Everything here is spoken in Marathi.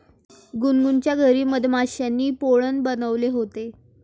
गुनगुनच्या घरी मधमाश्यांनी पोळं बनवले होते